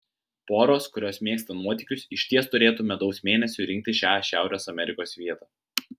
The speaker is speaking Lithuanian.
poros kurios mėgsta nuotykius išties turėtų medaus mėnesiui rinktis šią šiaurės amerikos vietą